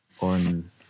on